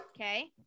Okay